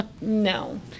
No